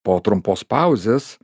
po trumpos pauzės